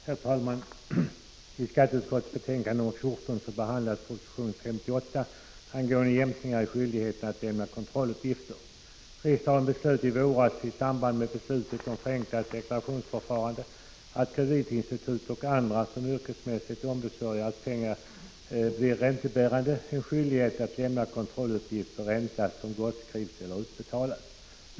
Herr talman! I skatteutskottets betänkande nr 14 behandlas proposition 58 angående jämkningar i skyldigheten att lämna kontrolluppgifter. Riksdagen beslöt i våras i samband med beslutet om ett förenklat deklarationsförfarande att kreditinstitut och andra som yrkesmässigt ombesörjer att pengar blir räntebärande skulle ha skyldighet att lämna kontrolluppgift på ränta som gottskrivs eller utbetalas.